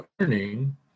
learning